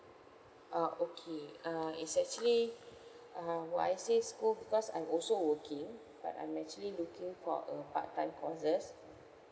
ah okay uh it's actually uh why I say school because I'm also working but I'm actually looking for a part time courses